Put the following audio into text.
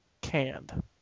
canned